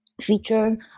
feature